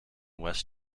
west